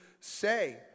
say